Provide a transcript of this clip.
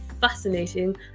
fascinating